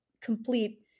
complete